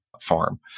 farm